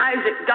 Isaac